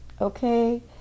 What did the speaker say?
Okay